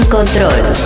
Control